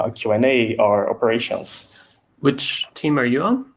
ah q and a, our operations which team are you on?